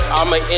I'ma